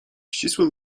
ścisłym